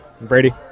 Brady